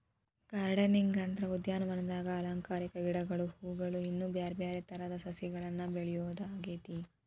gardening ಅಂದ್ರ ಉದ್ಯಾನವನದಾಗ ಅಲಂಕಾರಿಕ ಗಿಡಗಳು, ಹೂವುಗಳು, ಇನ್ನು ಬ್ಯಾರ್ಬ್ಯಾರೇ ತರದ ಸಸಿಗಳನ್ನ ಬೆಳಿಯೋದಾಗೇತಿ